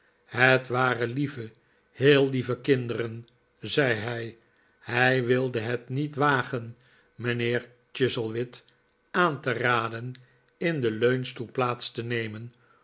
het waren lieve heel lieve kinderen zei hij hij wilde het niet wagen mijnheer chuzzlewit aan te raden in den leunstoel plaats te nemen